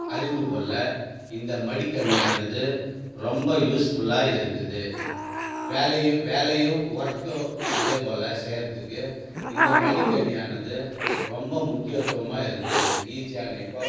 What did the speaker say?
அறிந்துக்கொள்ள இந்த மடிக்கணியானது ரொம்ப யூஸ் ஃபுல்லாக இருக்குது வேலையும் வேலையும் ஒர்க்கும் அதே போல் செய்கிறதுக்கு இந்த மடிக்கணியானது ரொம்ப முக்கியத்துவமாக இருக்குது ஈஸியான இப்போது